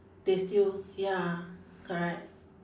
they still ya correct